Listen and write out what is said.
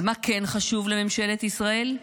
אז מה כן חשוב לממשלת ישראל?